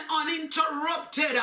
uninterrupted